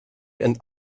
and